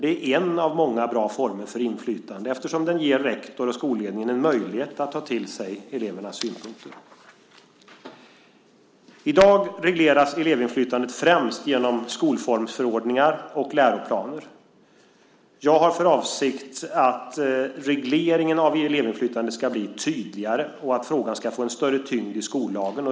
Det är en av många bra former för inflytande eftersom den ger rektor och skolledning en möjlighet att ta till sig elevernas synpunkter. I dag regleras elevinflytandet främst genom skolformsförordningar och läroplaner. Min avsikt är att regleringen av elevinflytandet ska bli tydligare och att frågan ska få en större tyngd i skollagen.